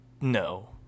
No